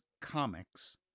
comics